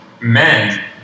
men